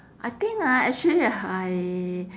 I think ah actually I